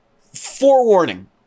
Forewarning